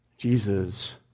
Jesus